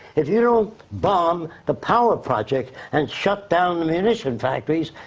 if you don't bomb the power project and shut down the munition factories,